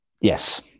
Yes